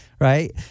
right